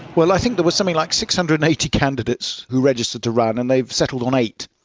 well, i think there was something like six hundred and eighty candidates who registered to run and they've settled on eight,